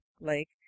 Lake